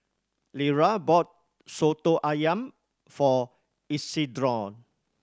Lera bought Soto Ayam for Isidro